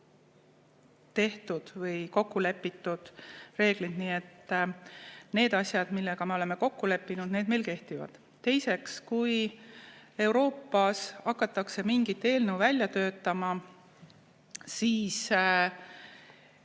ka Euroopas kokku lepitud reeglid. Nii et need asjad, mille osas me oleme kokku leppinud, meil kehtivad. Teiseks, kui Euroopas hakatakse mingit eelnõu välja töötama, siis